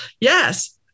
yes